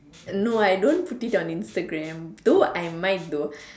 no I don't put it on Instagram though I might though